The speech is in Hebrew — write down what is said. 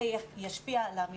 זה ישפיע על המציאות.